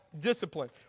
discipline